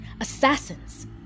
assassins